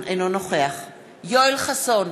אינו נוכח יואל חסון,